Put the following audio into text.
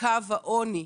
מקו העוני.